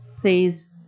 please